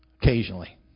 occasionally